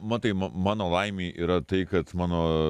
matai ma mano laimei yra tai kad mano